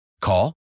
Call